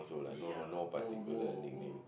ya bobo or bo